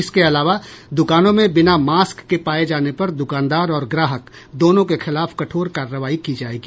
इसके अलावा द्रकानों में बिना मास्क के पाये जाने पर दुकानदार और ग्राहक दोनों के खिलाफ कठोर कार्रवाई की जायेगी